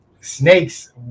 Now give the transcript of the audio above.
snakes